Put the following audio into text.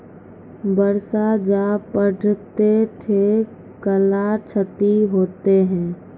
बरसा जा पढ़ते थे कला क्षति हेतै है?